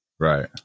Right